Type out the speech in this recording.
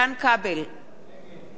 נגד אמנון כהן,